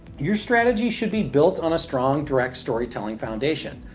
your strategy should be built on a strong direct storytelling foundation.